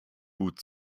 gut